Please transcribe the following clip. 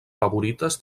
favorites